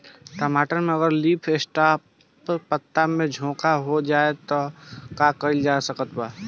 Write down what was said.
टमाटर में अगर लीफ स्पॉट पता में झोंका हो जाएँ त का कइल जा सकत बा?